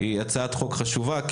היא הצעת חוק חשובה.